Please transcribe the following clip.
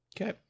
Okay